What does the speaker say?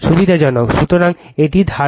সুতরাং এই ধারণা